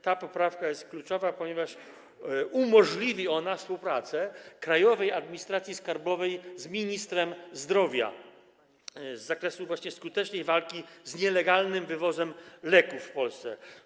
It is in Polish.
Ta poprawka jest kluczowa, ponieważ umożliwi ona współpracę Krajowej Administracji Skarbowej z ministrem zdrowia w zakresie skutecznej walki z nielegalnym wywozem leków w Polsce.